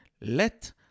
Let